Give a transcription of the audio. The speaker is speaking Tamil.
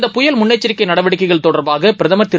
இந்த புயல் முன்னெச்சரிக்கைநடவடிக்கைகள் தொடர்பாகபிரதமர் திரு